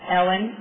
Ellen